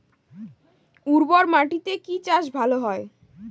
উর্বর মাটিতে কি চাষ ভালো হয়?